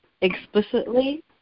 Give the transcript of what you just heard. explicitly